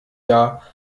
jahr